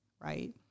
right